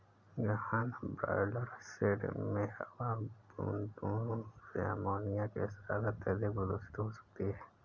गहन broiler shed में हवा बूंदों से अमोनिया के साथ अत्यधिक प्रदूषित हो सकती है